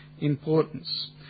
importance